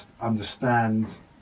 understand